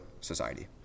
society